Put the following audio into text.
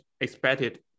expected